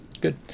Good